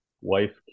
wife